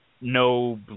no